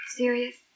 serious